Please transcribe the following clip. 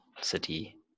City